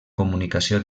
comunicació